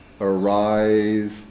arise